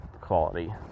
quality